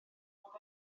bod